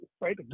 right